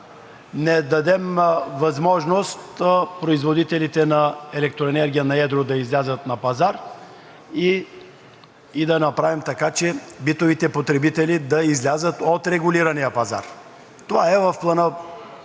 не дадем възможност производителите на електроенергия на едро да излязат на пазара и да направим така, че битовите потребители да излязат от регулирания пазар. Това е точно